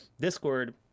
Discord